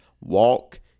walk